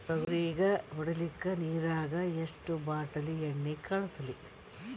ತೊಗರಿಗ ಹೊಡಿಲಿಕ್ಕಿ ನಿರಾಗ ಎಷ್ಟ ಬಾಟಲಿ ಎಣ್ಣಿ ಕಳಸಲಿ?